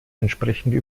entsprechende